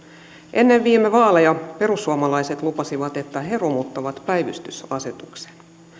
ennen viime vaaleja perussuomalaiset lupasivat että he romuttavat päivystysasetuksen